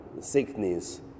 sickness